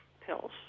pills